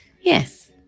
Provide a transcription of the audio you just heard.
Yes